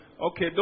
Okay